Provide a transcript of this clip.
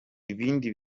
ibindi